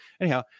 Anyhow